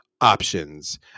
options